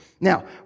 Now